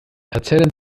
erzählen